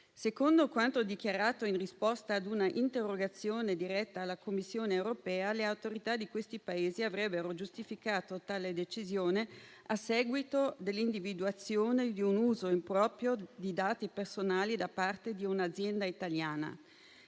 Secondo quanto dichiarato in risposta ad una interrogazione diretta alla Commissione europea, le autorità di quei Paesi avrebbero giustificato tale decisione a seguito dell'individuazione di un uso improprio di dati personali da parte di un'azienda italiana.